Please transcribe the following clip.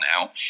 now